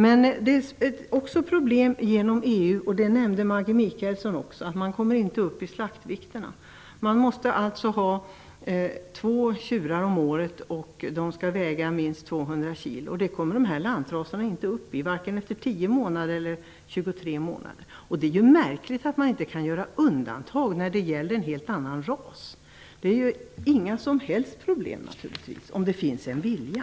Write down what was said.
Men ett problem i och med EU-medlemskapet - vilket också Maggi Mikaelsson nämnde - är att slaktvikterna inte uppnås. Man måste alltså ha två tjurar om året som skall väga minst 200 kg, och det kommer inte lantraserna upp i vare sig, efter 10 eller 23 månader. Det är ju märkligt att man inte kan göra undantag när det gäller en helt annan ras. Det är naturligtvis inga som helst problem, om det finns en vilja.